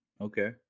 Okay